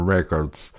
Records